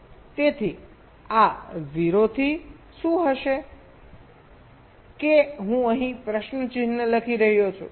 તેથી આ 0 થી શું હશે કે હું અહીં પ્રશ્ન ચિહ્ન લખી રહ્યો છું